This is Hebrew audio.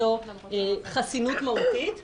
לו עניין אישי ממש מובהק בהעברת החוק הזה.